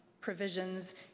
provisions